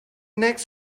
next